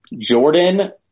Jordan